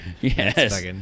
Yes